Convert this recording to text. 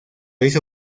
hizo